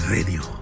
Radio